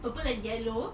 purple and yellow